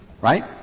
right